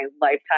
lifetime